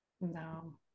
no